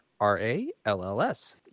R-A-L-L-S